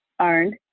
earned